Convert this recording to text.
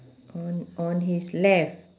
on on his left